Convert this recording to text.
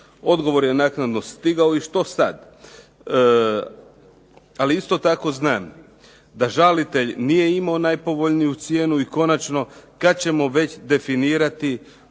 Odgovor je naknadno stigao. I što sad? Ali isto tako znam da žalitelj nije imao najpovoljniju cijenu, i konačno kad ćemo već definirati